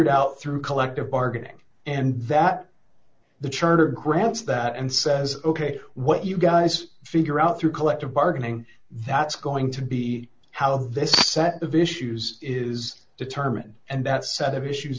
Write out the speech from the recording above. d out through collective bargaining and that the charter grants that and says ok what you guys figure out through collective bargaining that's going to be how this set of issues is determined and that set of issues